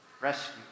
rescue